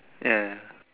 ya ya